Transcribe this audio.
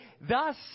thus